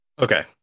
Okay